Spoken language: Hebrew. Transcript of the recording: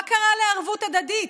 מה קרה לערבות ההדדית?